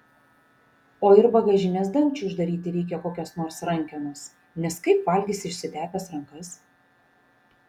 o ir bagažinės dangčiui uždaryti reikia kokios nors rankenos nes kaip valgysi išsitepęs rankas